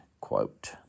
quote